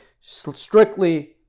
strictly